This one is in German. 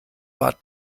war